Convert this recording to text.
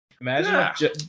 Imagine